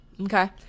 Okay